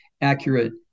accurate